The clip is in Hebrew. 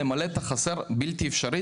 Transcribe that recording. למלא את החסר זה בלתי אפשרי,